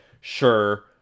sure